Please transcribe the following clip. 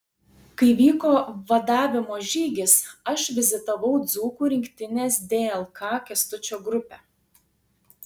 kai vyko vadavimo žygis aš vizitavau dzūkų rinktinės dlk kęstučio grupę